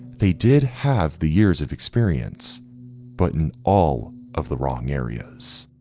they did have the years of experience but in all of the wrong areas.